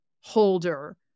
holder